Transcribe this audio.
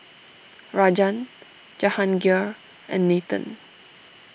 Rajan Jahangir and Nathan